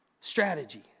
strategy